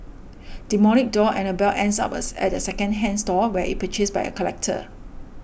demonic doll Annabelle ends up as a at a second hand store where it purchased by a collector